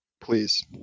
Please